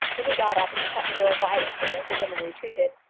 then he got up and shut the door violently as the woman retreated.